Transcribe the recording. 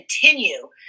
continue